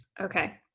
Okay